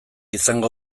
izango